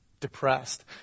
depressed